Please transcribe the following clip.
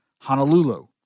Honolulu